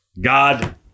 God